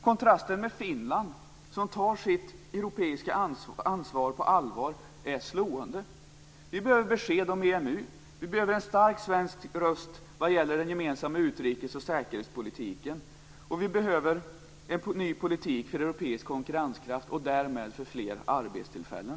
Kontrasten till Finland som tar sitt europeiska ansvar på allvar är slående. Vi behöver besked om EMU. Vi behöver en stark svensk röst vad gäller den gemensamma utrikes och säkerhetspolitiken, och vi behöver en ny politik för europeisk konkurrenskraft och därmed för fler arbetstillfällen.